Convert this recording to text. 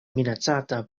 minacata